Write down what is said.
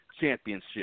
championship